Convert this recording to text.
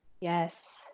yes